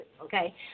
okay